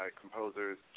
composers